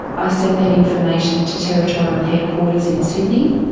i sent that information to territorial headquarters in sydney,